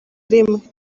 rimwe